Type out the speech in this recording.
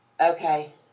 Okay